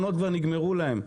נגמרו להם החסכונות.